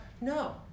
no